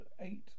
Eight